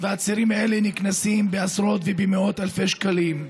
והצעירים האלה נקנסים בעשרות ובמאות אלפי שקלים.